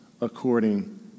according